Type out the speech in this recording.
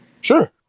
Sure